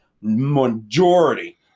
majority